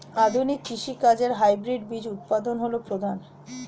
আধুনিক কৃষি কাজে হাইব্রিড বীজ উৎপাদন হল প্রধান